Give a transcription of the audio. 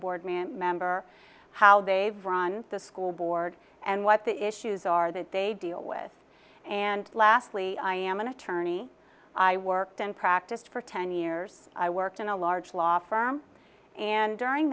board member how they've run the school board and what the issues are that they deal with and lastly i am an attorney i worked and practiced for ten years i worked in a large law firm and during